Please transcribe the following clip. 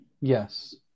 Yes